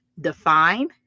define